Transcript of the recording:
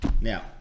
Now